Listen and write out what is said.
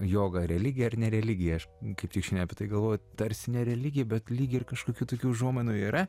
joga religija ar ne religija aš kaip tik šiandien apie tai galvojau tarsi ne religija bet lyg ir kažkokių tokių užuominų yra